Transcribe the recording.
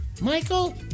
Michael